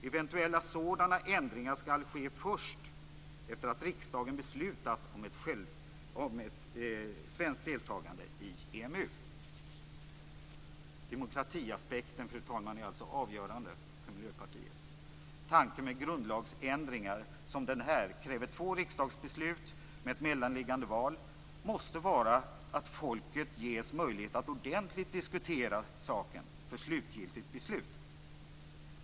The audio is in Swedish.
Eventuella sådana ändringar skall ske först efter att riksdagen beslutat om ett svenskt deltagande i EMU. Demokratiaspekten, fru talman, är alltså avgörande för Miljöpartiet. Tanken med att grundlagsändringar som den här kräver två riksdagsbeslut med ett mellanliggande val måste vara att folket ges möjlighet att ordentligt diskutera saken för slutgiltigt beslut.